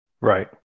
right